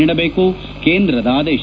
ನೀಡಬೇಕು ಕೇಂದ್ರದ ಆದೇಶ